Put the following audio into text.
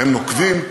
הם נוקבים,